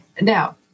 Now